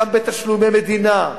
גם בתשלומי מדינה,